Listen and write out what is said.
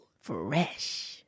Fresh